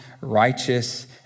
righteous